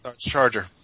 charger